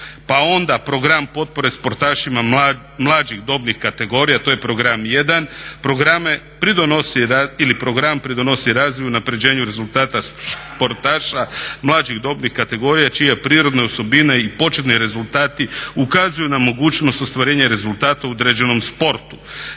pa onda program potpore sportašima mlađih dobnih kategorija, to je program 1, program pridonosi razvoju i unapređenju rezultata sportaša mlađih dobnih kategorija čije prirodne osobine i početni rezultati ukazuju na mogućnost ostvarenja rezultata u određenom sportu.